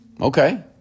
Okay